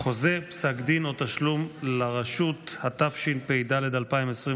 (חוזה, פסק דין או תשלום לרשות), התשפ"ד 2023,